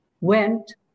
went